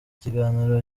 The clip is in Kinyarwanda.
ikiganiro